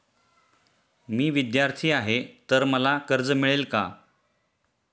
मी विद्यार्थी आहे तर मला कर्ज मिळेल का?